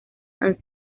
han